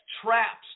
traps